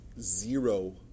zero